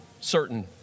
certain